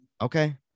Okay